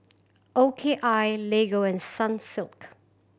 O K I Lego and Sunsilk